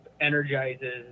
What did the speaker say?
energizes